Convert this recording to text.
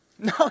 No